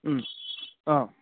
অঁ